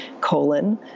colon